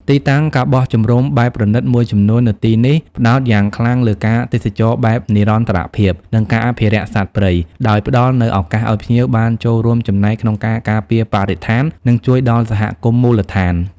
ទីតាំង ការបោះជំរំបែបប្រណីត មួយចំនួននៅទីនេះផ្តោតយ៉ាងខ្លាំងលើការទេសចរណ៍បែបនិរន្តរភាព និងការអភិរក្សសត្វព្រៃ ដោយផ្តល់នូវឱកាសឲ្យភ្ញៀវបានចូលរួមចំណែកក្នុងការការពារបរិស្ថាន និងជួយដល់សហគមន៍មូលដ្ឋាន។